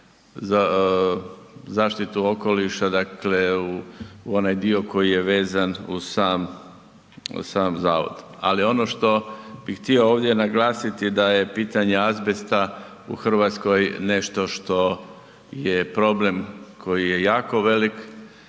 zaštitu okoliša, dakle u onaj dio koji je vezan uz sam .../Govornik se ne razumije./... ali ono što bih htio ovdje naglasiti da je pitanje ovog azbesta u Hrvatskoj nešto što je problem koji je jako velik,